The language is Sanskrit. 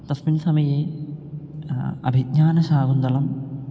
तस्मिन् समये अभिज्ञानशाकुन्तलम्